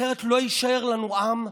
אחרת לא יישאר לנו עם,